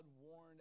warned